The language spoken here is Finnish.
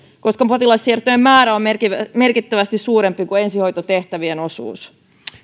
koska potilassiirtojen määrä on merkittävästi suurempi kuin ensihoitotehtävien osuus